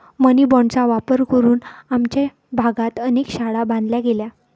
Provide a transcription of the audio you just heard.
मनी बाँडचा वापर करून आमच्या भागात अनेक शाळा बांधल्या गेल्या